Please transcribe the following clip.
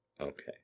Okay